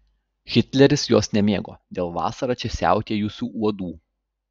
hitleris jos nemėgo dėl vasarą čia siautėjusių uodų